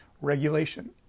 regulation